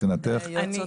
היועצות